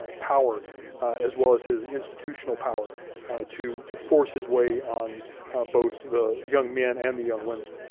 ah power as well as his institutional power to to force his way on both the young men and the young women.